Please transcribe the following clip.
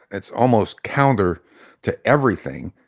it's almost counter to everything